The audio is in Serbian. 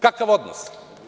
Kakav odnos?